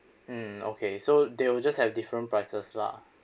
hmm okay so they will just have different prices lah